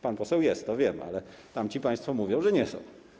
Pani poseł jest, to wiem, ale tamci państwo mówią, że nie są.